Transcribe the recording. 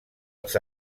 els